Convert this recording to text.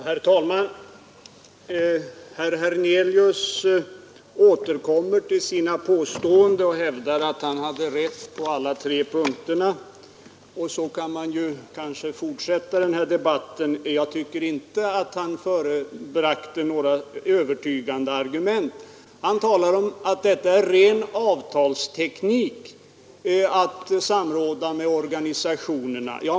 Herr talman! Herr Hernelius återkommer till sina påståenden och hävdar att han hade rätt på alla tre punkter där jag påstod att han hade missförstått eller förbisett fakta. Så kan man kanske fortsätta en debatt och hävda att man har rätt trots de fakta som presenteras. Jag tycker inte att han förebragte några mera övertygande argument i sitt andra inlägg. Han säger att det är ren avtalsteknik att samråda med organisationerna.